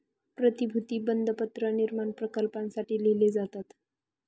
प्रतिभूती बंधपत्र निर्माण प्रकल्पांसाठी लिहिले जातात